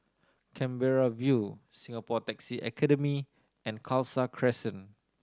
Canberra View Singapore Taxi Academy and Khalsa Crescent